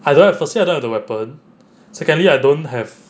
I don't have firstly I don't have the weapon secondly I don't have